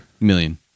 Million